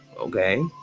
Okay